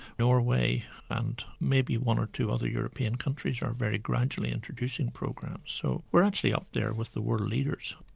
norway and maybe one or two other european countries are very gradually introducing programs. so we're actually up there with the world leaders.